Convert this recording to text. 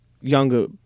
younger